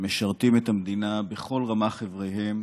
המשרתים את המדינה בכל רמ"ח אבריהם,